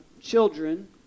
children